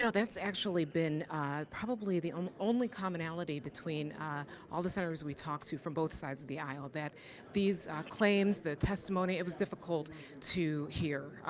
you know that's actually been probably the um the only commonality between all the senators we talked to from both sides of the aisle, that these claims, the testimony, it was difficult to hear.